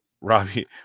Robbie